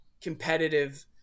competitive